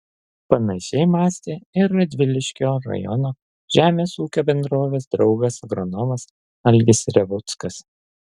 panašiai mąstė ir radviliškio rajono žemės ūkio bendrovės draugas agronomas algis revuckas